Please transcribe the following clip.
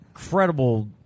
incredible